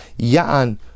Ya'an